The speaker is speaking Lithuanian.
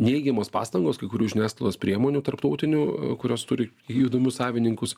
neigiamos pastangos kai kurių žiniasklaidos priemonių tarptautinių kurios turi įdomius savininkus